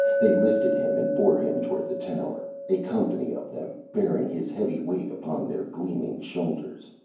they lifted him and bore him toward the tower, a company of them, bearing his heavy weight upon their gleaming shoulders.